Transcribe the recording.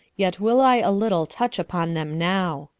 yet will i a little touch upon them now.